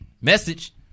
Message